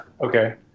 Okay